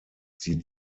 sie